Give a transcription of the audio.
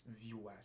viewers